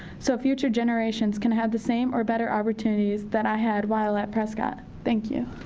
so future generations can have the same, or better, opportunities that i had while at prescott. thank you.